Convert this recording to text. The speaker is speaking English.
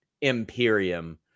Imperium